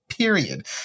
Period